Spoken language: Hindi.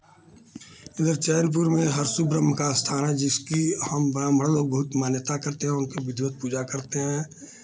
इधर चैनपुर में हरसु ब्रह्म का स्थान है जिसकी हम ब्राह्मण लोग बहुत मान्यता करते हैं और उनकी विधिवत पूजा करते हैं